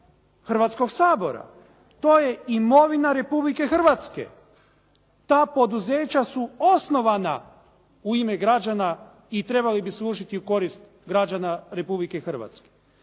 Hrvatskog sabora. To je imovina Republike Hrvatske. Ta poduzeća su osnovana u ime građana i trebali bi služiti u korist građana Republike Hrvatske,